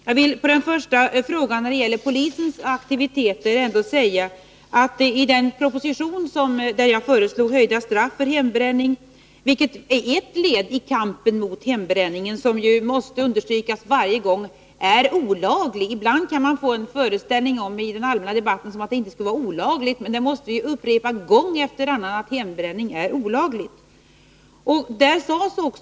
Jag vill på den första frågan, när det gäller polisens aktivitet, svara med att hänvisa till den proposition där jag föreslog höjda straff för hembränning, vilket är ett led i kampen. Hembränningen är ändå — det måste understrykas varje gång när vi diskuterar frågan — olaglig. Ibland kan man av den allmänna debatten få föreställningen att hembränningen inte skulle vara olaglig. Men att hembränningen är olaglig måste upprepas gång efter annan.